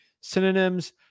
synonyms